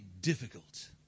difficult